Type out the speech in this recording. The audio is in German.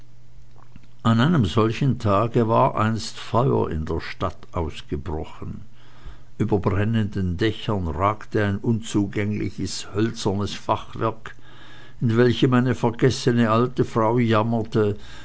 an einem solchen tage war einst feuer in der stadt ausgebrochen über brennenden dächern ragte ein unzugängliches hölzernes fachwerk in welchem eine vergessene alte frau jammerte